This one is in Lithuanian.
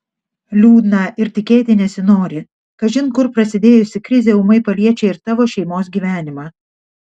liūdna ir tikėti nesinori kažin kur prasidėjusi krizė ūmai paliečia ir tavo šeimos gyvenimą